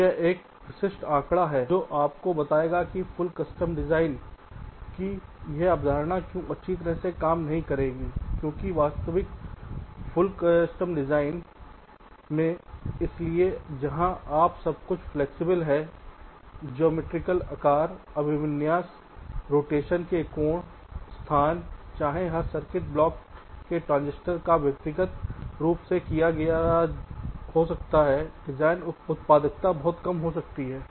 तो यह एक विशिष्ट आंकड़ा है जो आपको बताएगा कि पूर्ण कस्टम डिजाइन की यह अवधारणा क्यों अच्छी तरह से काम नहीं करेगी क्योंकि वास्तविक पूर्ण कस्टम डिजाइन में इसलिए जहां सब कुछ फ्लैक्सिबल है ज्यामिति आकार अभिविन्यास रोटेशन के कोण स्थान चाहे हर सर्किट ब्लॉक के ट्रांजिस्टर को व्यक्तिगत रूप से किया जा सकता है डिजाइन उत्पादकता बहुत कम हो सकती है